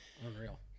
unreal